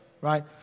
right